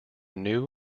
new